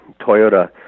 Toyota